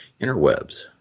interwebs